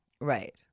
Right